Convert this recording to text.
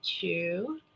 two